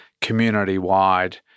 community-wide